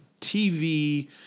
tv